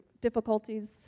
difficulties